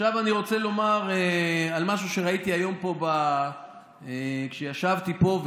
עכשיו אני רוצה לומר על משהו שראיתי היום כשישבתי פה.